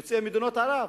יוצאי מדינות ערב,